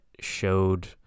showed